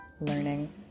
learning